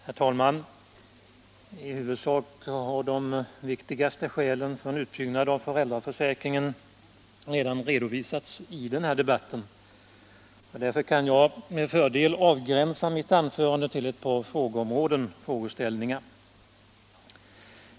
Herr talman! I huvudsak har de viktigaste skälen för en utbyggnad av föräldraförsäkringen redan redovisats i den här debatten. Därför kan jag avgränsa mitt anförande till ett par frågeställningar.